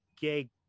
gig